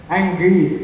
angry